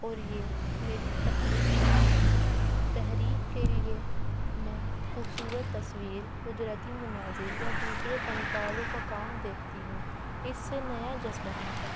اور یہ میری تخلیق کی طاقت ہے تحریک کے لیے میں خوبصورت تصویر قدرتی مناظر یا دوسرے فنکاروں کا کام دیکھتی ہوں اس سے نیا جذبہ ملتا ہے